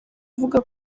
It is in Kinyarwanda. ivuga